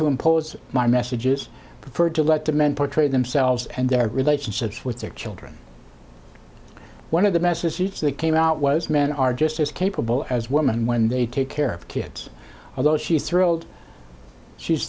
to impose my message is preferred to let the men portray themselves and their relationships with their children one of the message that came out was men are just as capable as women when they take care of kids although she is thrilled she's